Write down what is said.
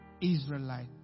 Israelite